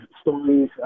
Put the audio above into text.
stories